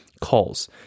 calls